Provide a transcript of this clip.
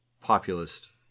populist